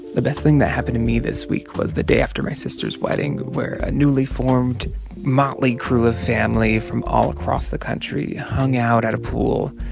the best thing that happened to me this week was the day after my sister's wedding where a newly formed motley crew of family from all across the country hung out at a pool,